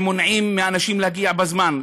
שמונעים מאנשים להגיע בזמן,